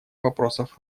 вопросов